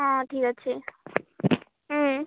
ହଁ ଠିକ୍ ଅଛି ହୁଁ